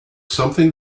something